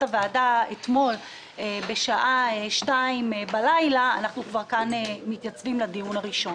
הוועדה אתמול בשעה 2:00 בלילה אנחנו כבר מתייצבים כאן לדיון הראשון.